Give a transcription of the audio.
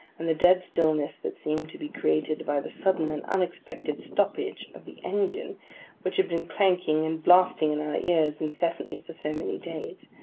and the dead stillness that seemed to be created by the sudden and unexpected stoppage of the engine which had been clanking and blasting in our ears incessantly for so many days,